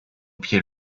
pied